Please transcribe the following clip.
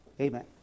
Amen